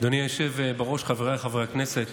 אדוני היושב בראש, חבריי חברי הכנסת,